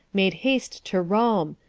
made haste to rome,